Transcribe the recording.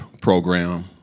program